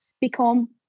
become